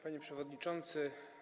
Panie Przewodniczący!